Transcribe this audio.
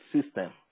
system